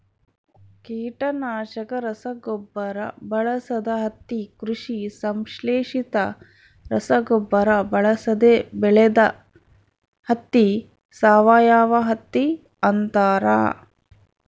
ಕೀಟನಾಶಕ ರಸಗೊಬ್ಬರ ಬಳಸದ ಹತ್ತಿ ಕೃಷಿ ಸಂಶ್ಲೇಷಿತ ರಸಗೊಬ್ಬರ ಬಳಸದೆ ಬೆಳೆದ ಹತ್ತಿ ಸಾವಯವಹತ್ತಿ ಅಂತಾರ